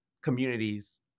communities